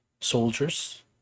soldiers